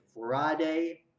Friday